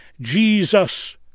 Jesus